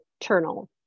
internal